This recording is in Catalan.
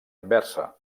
inversa